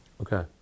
Okay